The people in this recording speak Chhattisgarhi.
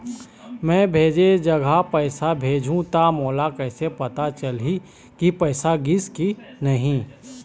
मैं भेजे जगह पैसा भेजहूं त मोला कैसे पता चलही की पैसा गिस कि नहीं?